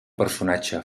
personatge